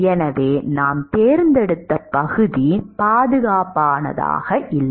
எனவே நாம் தேர்ந்தெடுத்த பகுதி பாதுகாப்பானது அல்ல